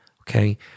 Okay